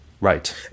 Right